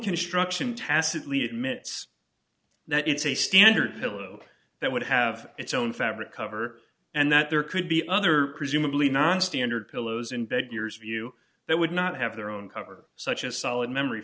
construction tacitly admits that it's a standard pillow that would have its own fabric cover and that there could be other presumably nonstandard pillows in bed years view that would not have their own cover such as solid memory